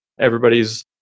Everybody's